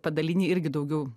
padaliny irgi daugiau